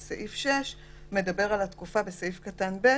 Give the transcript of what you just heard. סעיף 6 מדבר על התקופה בסעיף קטן (ב)